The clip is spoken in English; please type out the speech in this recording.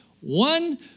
One